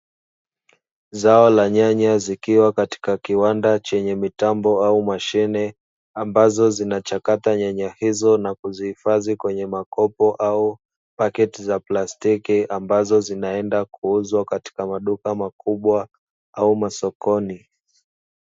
Zao la nyanya zikiwa katika kiwanda chenye mitambo au mashine, ambazo zinachakata nyanya hizo na kuzihifadhi kwenye makopo au paketi za plastiki ambazo zinaenda kuuzwa katika maduka makubwa au masokoni.